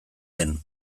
den